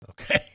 okay